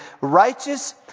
righteous